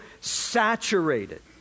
saturated